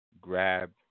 grab